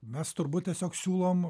mes turbūt tiesiog siūlom